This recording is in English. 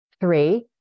Three